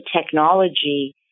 technology